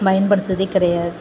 பயன்படுத்துறதே கிடயாது